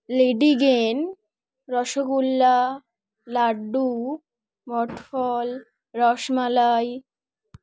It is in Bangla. লেডিকেনি রসগোল্লা লাড্ডু মঠফল রসমালাই